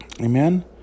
Amen